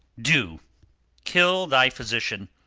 do kill thy physician,